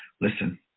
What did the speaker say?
listen